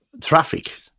traffic